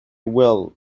well